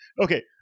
Okay